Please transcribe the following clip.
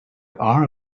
are